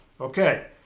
Okay